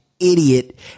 Idiot